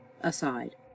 Aside